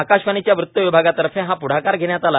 आकाशवाणीच्या वृत्त विभागातर्फे हा प्रद्यकार घेण्यात आला